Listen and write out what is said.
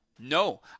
No